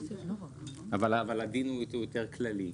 אבל הדין הוא יותר כללי.